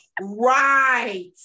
right